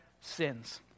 sins